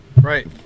Right